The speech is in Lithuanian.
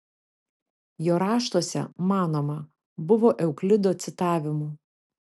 jo raštuose manoma buvo euklido citavimų